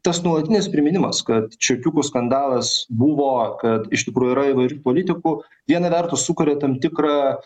tas nuolatinis priminimas kad čekiukų skandalas buvo kad iš tikrųjų yra įvairių politikų viena vertus sukuria tam tikrą